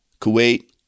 Kuwait